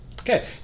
Okay